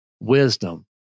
wisdom